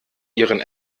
ihren